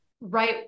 right